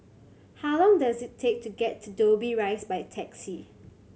how long does it take to get to Dobbie Rise by taxi